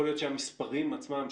יכול להיות שהמספרים עצמם,